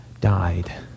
died